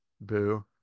Boo